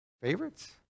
favorites